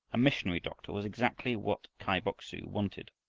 a missionary doctor, was exactly what kai bok-su wanted.